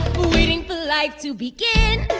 waiting for life to begin.